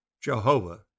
Jehovah